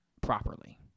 properly